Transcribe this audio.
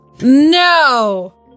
No